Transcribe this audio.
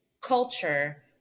culture